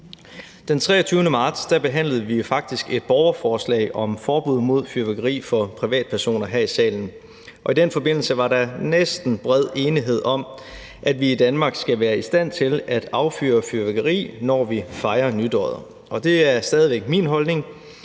Den 23. marts behandlede vi her i salen faktisk et borgerforslag om forbud mod fyrværkeri for privatpersoner. I den forbindelse var der næsten bred enighed om, at vi i Danmark skal være i stand til at affyre fyrværkeri, når vi fejrer nytåret. Det er stadig væk min holdning,